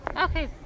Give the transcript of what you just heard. Okay